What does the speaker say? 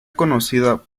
conocida